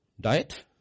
Diet